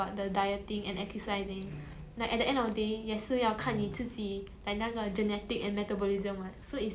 so it's 不一样 lah like cannot compare 有些人 they really work so hard to get into certain shape but then